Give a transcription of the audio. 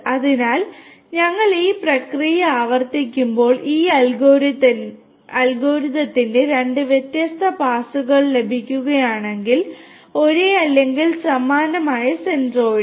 അതിനാൽ ഞങ്ങൾ ഈ പ്രക്രിയ ആവർത്തിക്കുമ്പോൾ ഈ അൽഗോരിത്തിന്റെ രണ്ട് വ്യത്യസ്ത പാസുകൾ ലഭിക്കുകയാണെങ്കിൽ ഒരേ അല്ലെങ്കിൽ സമാനമായ സെൻട്രിഡ്